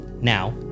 Now